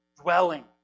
dwelling